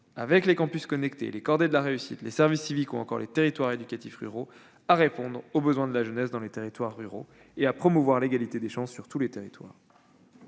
avec les campus connectés, les cordées de la réussite, les services civiques ou encore les territoires éducatifs ruraux, à répondre aux besoins de la jeunesse dans les territoires ruraux et à promouvoir l'égalité des chances dans tous les territoires.